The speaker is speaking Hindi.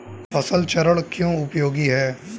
फसल चरण क्यों उपयोगी है?